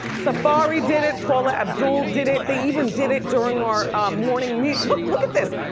safaree did it, paula abdul did it. they even did it during our morning meet, look, look at this.